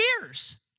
years